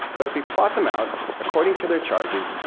but if we plot them out according to their charges,